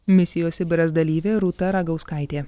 misijos sibiras dalyvė rūta ragauskaitė